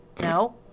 No